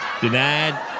Denied